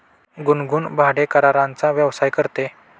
गुनगुन भाडेकराराचा व्यवसाय करते